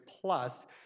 plus